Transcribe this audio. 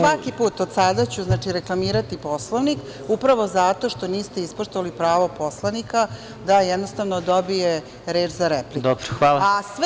Dobro, svaki put od sada ću znači reklamirati Poslovnik upravo zato što niste ispoštovali pravo poslanika da jednostavno dobije reč za repliku.